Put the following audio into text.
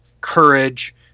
courage